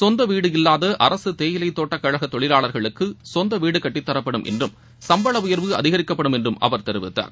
சொந்தவீடு இல்லாத அரசு தேயிலைத் தோட்டக் கழக தொழிலாளர்களுக்கு சொந்த வீடு கட்டித்தரப்படும் என்றும் சம்பள உயர்வு அதிகரிப்படும் என்றும் அவர் தெரிவித்தார்